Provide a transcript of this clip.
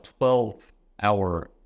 12-hour